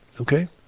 Okay